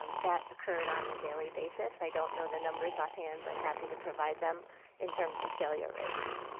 that occurred on a daily basis. i don't know the numbers offhand, but happy to provide them in terms of failure rates.